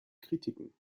kritiken